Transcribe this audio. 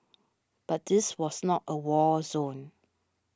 but this was not a war zone